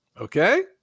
Okay